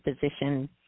position